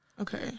okay